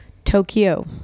Tokyo